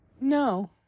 No